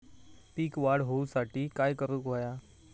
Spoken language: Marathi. पीक वाढ होऊसाठी काय करूक हव्या?